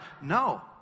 no